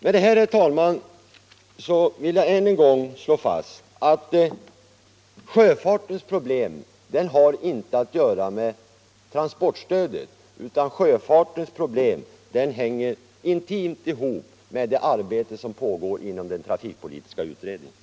Med detta, herr talman, vill jag än en gång slå fast att sjöfartens problem inte har att göra med transportstödet, utan sjöfartens problem hänger intimt samman med det arbete som pågår inom trafikpolitiska utredningen.